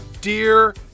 dear